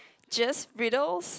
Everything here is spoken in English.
just riddles